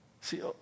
See